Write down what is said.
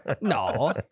No